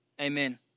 amen